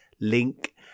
link